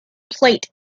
plate